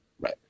Right